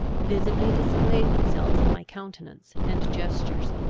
visibly displayed themselves in my countenance and gestures.